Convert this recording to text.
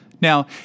Now